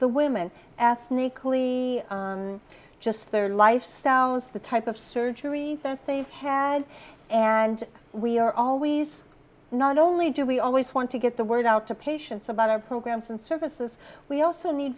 the women ethnically just their lifestyles the type of surgery that they've had and we are always not only do we always want to get the word out to patients about our programs and services we also need